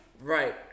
Right